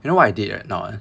you know I did right or not ah